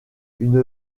une